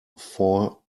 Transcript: four